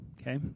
okay